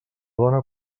dona